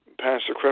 Pastor